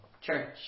church